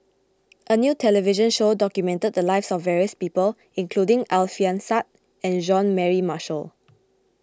a new television show documented the lives of various people including Alfian Sa'At and Jean Mary Marshall